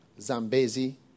Zambezi